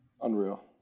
Unreal